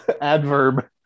Adverb